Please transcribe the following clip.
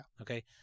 Okay